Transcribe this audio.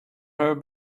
her